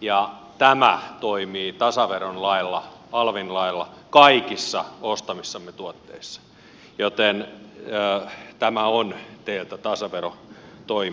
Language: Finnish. ja tämä toimii tasaveron lailla alvin lailla kaikissa ostamissamme tuotteissa joten tämä on teiltä tasaverotoimintaa